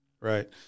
Right